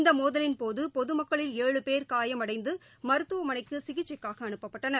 இந்த மோதலின்போது பொதுமக்களில் ஏழு பேர் காயமடைந்து மருத்துவமனைக்கு சிகிச்சைக்காக அனுப்பப்பட்டனர்